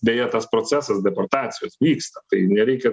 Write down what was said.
beje tas procesas deportacijos vyksta tai nereikia